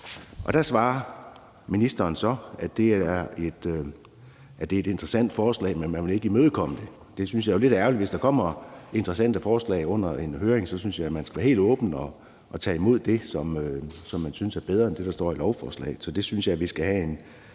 til det svarer ministeren så, at det er et interessant forslag, men at man ikke vil imødekomme det. Det synes jeg jo er lidt ærgerligt, for hvis der kommer interessante forslag under en høring, synes jeg, at man skal være helt åben og tage imod det, som man synes er bedre end det, der står i lovforslaget, så det synes jeg vi skal have en